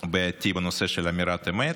בעייתי בנושא של אמירת אמת.